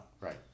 right